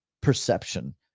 perception